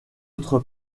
autre